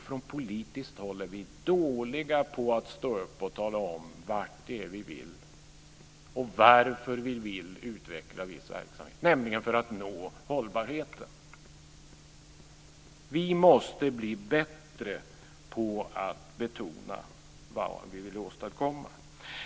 Från politiskt håll är vi dåliga på att stå upp och tala om vart det är vi vill och varför vi vill utveckla viss verksamhet, nämligen för att nå hållbarheten. Vi måste bli bättre på att betona vad vi vill åstadkomma.